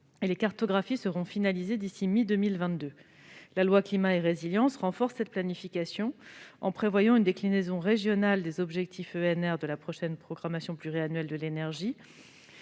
et les cartographies seront finalisées d'ici à la mi-2022. La loi Climat et résilience accentue cette planification, en prévoyant une déclinaison régionale des objectifs, en matière d'EnR, de la prochaine programmation pluriannuelle de l'énergie.